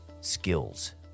skills